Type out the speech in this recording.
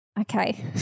okay